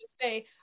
say